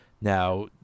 Now